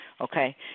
okay